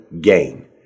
gain